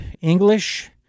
english